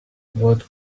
what